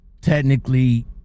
Technically